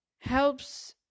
helps